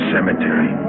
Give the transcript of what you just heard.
Cemetery